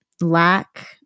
Lack